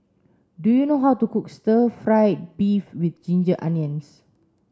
do you know how to cook stir fried beef with ginger onions